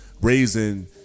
Raising